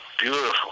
beautiful